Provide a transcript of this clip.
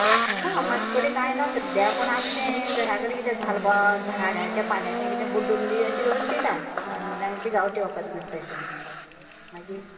ना म्हाजे कडेन कांय ना सद्द्या पूण आमी ते घरा कडेन झाडपालो झाडाच्या पाल्याचे कितें बुड्डून बी अशें करून पिता नोर्मली आमचे गांवटी वखद म्हणटा तशें हय मागीर